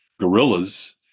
gorillas